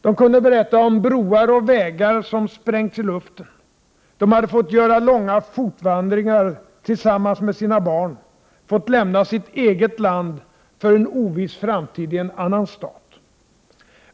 De kunde berätta om broar och vägar som sprängts i luften. De hade fått göra långa fotvandringar, tillsammans med sina barn, fått lämna sitt eget land för en oviss framtid i en annan stat.